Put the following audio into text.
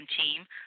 team